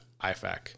IFAC